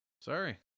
Sorry